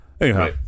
Anyhow